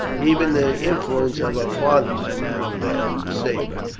even the influence of her father might not avail to save her.